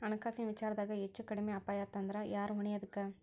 ಹಣ್ಕಾಸಿನ್ ವಿಚಾರ್ದಾಗ ಹೆಚ್ಚು ಕಡ್ಮಿ ಅಪಾಯಾತಂದ್ರ ಯಾರ್ ಹೊಣಿ ಅದಕ್ಕ?